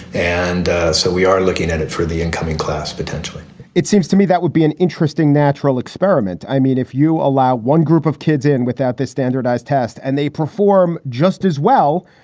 and so we are looking at it for the incoming class potential it seems to me that would be an interesting natural experiment. i mean, if you allow one group of kids in without this standardized test and they perform just as well,